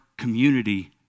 Community